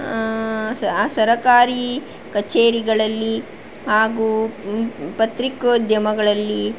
ಆ ಸರಕಾರಿ ಕಚೇರಿಗಳಲ್ಲಿ ಹಾಗೂ ಪ್ರತಿಕೋದ್ಯಮಗಳಲ್ಲಿ